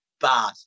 bad